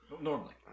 Normally